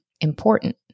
important